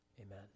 Amen